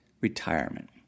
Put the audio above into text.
retirement